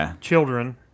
children